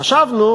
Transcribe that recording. חשבנו,